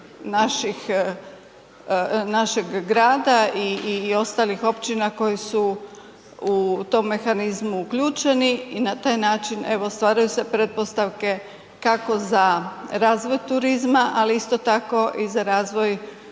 našeg grada i ostalih općina koje su u tom mehanizmu uključeni i na taj način, evo, stvaraju se pretpostavke, kako za razvoj turizma, ali isto tako i za razvoj